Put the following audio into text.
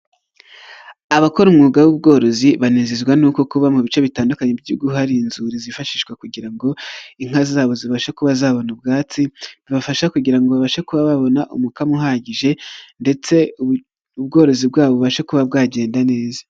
Abakora umwuga w'ubworozi banezezwa n'uko kuba mu bice bitandukanye by'iguhugu hari inzuri zifashishwa kugira ngo inka zabo zibashe kuba zabona ubwatsi, bibafasha kugira babashe kuba babona umukamamo uhagije ndetse ubworozi bwabo bubashe kuba bwagenda neza.